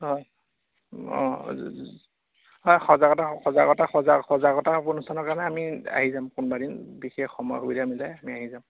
হয় অঁ হয় সজাগতা সজাগতা সজাগ সজাগতা অনুষ্ঠানৰ কাৰণে আমি আহি যাম কোনোবা দিন বিশেষ সময় সুবিধা মিলাই আমি আহি যাম